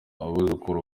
abuzukuru